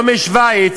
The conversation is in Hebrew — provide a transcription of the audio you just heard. לא משווייץ,